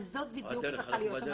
אבל זה בדיוק צריך להיות.